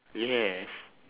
yes